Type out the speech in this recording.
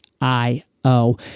IO